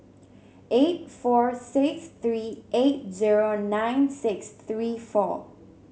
eight four six three eight zero nine six three four